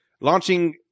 launching